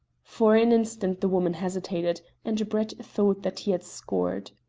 for an instant the woman hesitated, and brett thought that he had scored.